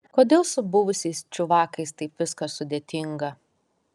kodėl su buvusiais čiuvakais taip viskas sudėtinga